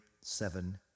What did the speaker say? seven